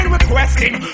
Requesting